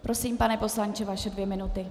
Prosím, pane poslanče, vaše dvě minuty.